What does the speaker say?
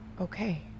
Okay